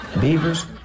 beavers